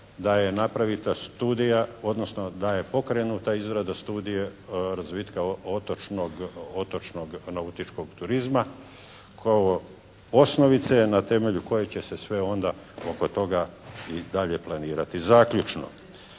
da je pokrenuta izrada studije razvitka otočnog nautičkog turizma osnovice na temelju koje će se sve onda oko toga i dalje planirati. Zaključno,